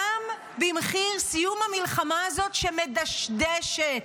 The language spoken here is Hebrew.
גם במחיר סיום המלחמה הזאת, שמדשדשת.